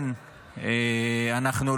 זה